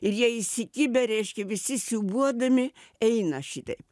ir jie įsikibę reiškia visi siūbuodami eina šitaip